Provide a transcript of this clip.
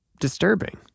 disturbing